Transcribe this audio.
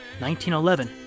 1911